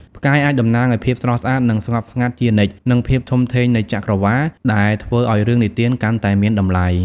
ផ្កាយអាចតំណាងឲ្យភាពស្រស់ស្អាត នឹងស្ងប់ស្ងាត់ជានិច្ច និងភាពធំធេងនៃចក្រវាឡ ដែលធ្វើឲ្យរឿងនិទានកាន់តែមានតម្លៃ ។